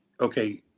okay